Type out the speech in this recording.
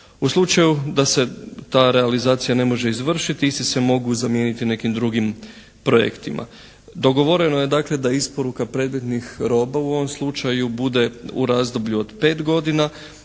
U slučaju da se ta realizacija ne može izvršiti isti se mogu zamijeniti nekim drugim projektima. Dogovoreno je dakle da isporuka … /Govornik se ne razumije./ … roba u ovom slučaju bude u razdoblju od 5 godina